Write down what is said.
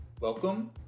Welcome